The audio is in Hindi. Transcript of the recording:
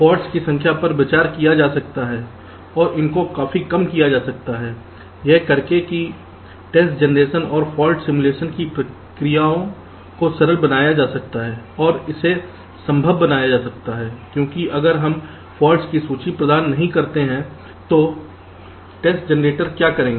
फॉल्ट्स की संख्या पर विचार किया जा सकता हैऔर इनको काफी कम किया जा सकता है यह करके कि टेस्ट जनरेशन और फॉल्ट सिमुलेशन की प्रक्रियाओं को सरल बनाया जा सकता है और इसे संभव बनाया जा सकता है क्योंकि अगर हम फॉल्ट्स की सूची प्रदान नहीं करते हैं तो टेस्ट जनरेटर क्या करेगा